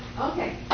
Okay